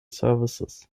services